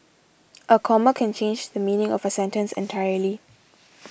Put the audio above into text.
a comma can change the meaning of a sentence entirely